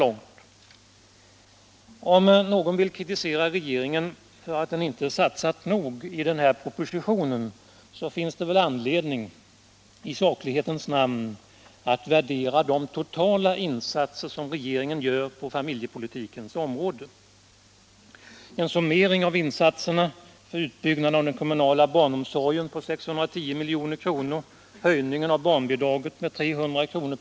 Nr 133 Om någon vill kritisera regeringen för att den inte har satsat nog i Tisdagen den den här propositionen, finns det i saklighetens namn anledning att värdera 17 maj 1977 de totala insatser som regeringen gör på familjepolitikens område. — En summering av insatserna för utbyggnaden av den kommunala barn — Föräldraförsäkringomsorgen på 610 milj.kr., för en höjning av barnbidraget med 300 en, m.m. kr.